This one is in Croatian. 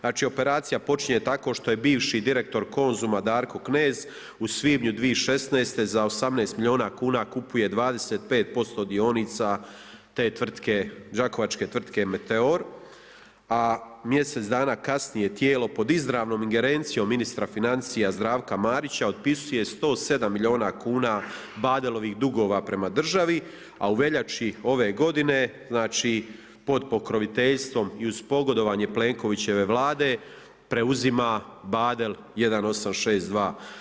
Znači operacija počinje tako što je bivši direktor Konzuma Darko Knez, u svibnju 2016. za 18 milijuna kuna kupuje 25% dionica te tvrtke, đakovačke tvrtke Meteor a mjesec dana kasnije tijelo pod izravnom ingerencijom ministra financija Zdravka Marića otpisuje 107 milijuna kuna Badelovih dugova prema državi a u veljači ove godine, znači pod pokroviteljstvom i uz pogodovanje Plenkovićeve Vlade, preuzima Badel 1862.